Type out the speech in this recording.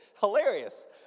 Hilarious